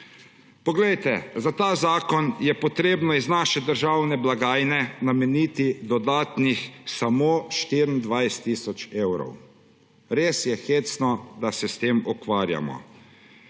Poglejte, za ta zakon je treba iz naše državne blagajne nameniti dodatnih samo 24 tisoč evrov. Res je hecno, da se s tem ukvarjamo.